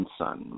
son